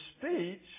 speech